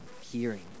hearing